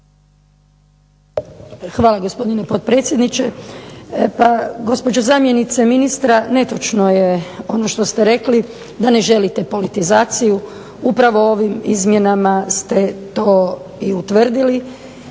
Hvala gospodine potpredsjedniče. Pa gospođo zamjenice ministra netočno je ono što ste rekli da ne želite politizaciju. Upravo ovim izmjenama ste to i utvrdili.